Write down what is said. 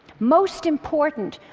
most important,